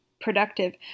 productive